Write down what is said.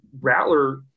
Rattler –